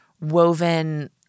woven